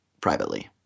privately